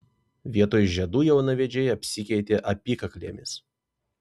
vietoj žiedų jaunavedžiai apsikeitė apykaklėmis